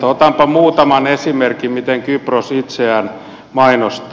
otanpa muutaman esimerkin miten kypros itseään mainostaa